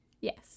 Yes